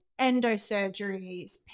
endosurgeries